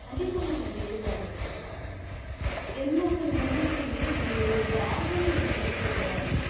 அதிகமான வேறுபாடுகள் இருக்கு எந்தவொரு மொழிக்குமே இந்த ஒரு பாவனை என்பது கிடையாது